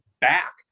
back